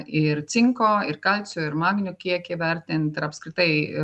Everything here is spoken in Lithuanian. ir cinko ir kalcio ir magnio kiekį įvertint ir apskritai